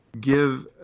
give